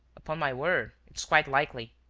upon my word, it's quite likely.